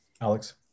Alex